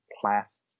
class